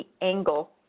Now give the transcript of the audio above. angle